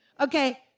Okay